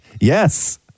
yes